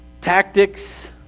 tactics